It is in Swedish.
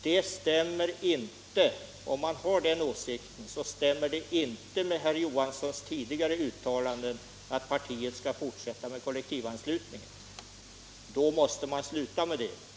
Om herr Johansson har den åsikten stämmer den inte med hans tidigare uttalande att partiet skall fortsätta med kollektivanslutningen. Då måste man sluta med den.